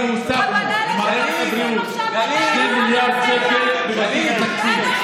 אנחנו הוספנו למערכת הבריאות 2 מיליארד שקל בבסיס התקציב.